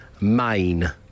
Main